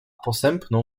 posępną